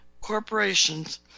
corporations